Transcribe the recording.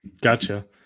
Gotcha